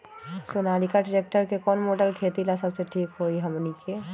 Sonalika tractor के कौन model खेती ला सबसे ठीक होई हमने की?